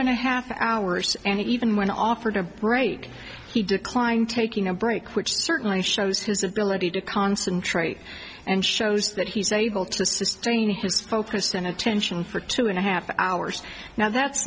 and a half hours and even when offered a break he declined taking a break which certainly shows his ability to concentrate and shows that he's able to sustain his focus and attention for two and a half hours now that's